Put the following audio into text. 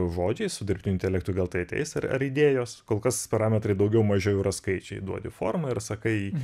žodžiais su dirbtiniu intelektu gal tai ateis ar ar idėjos kol kas parametrai daugiau mažiau yra skaičiai duodi formą ir sakai